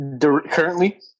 currently